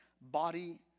Body